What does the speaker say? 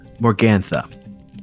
Morgantha